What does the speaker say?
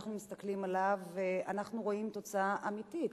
אנחנו מסתכלים עליו ואנחנו רואים תוצאה אמיתית.